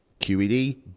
QED